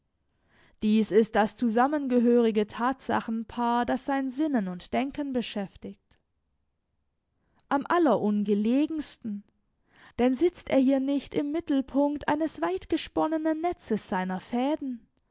dies ist das zusammengehörige tatsachenpaar das sein sinnen und denken beschäftigt am allerungelegensten denn sitzt er hier nicht im mittelpunkt eines weitgesponnenen netzes seiner fäden